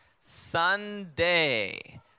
Sunday